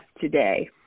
today